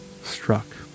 struck